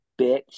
bitch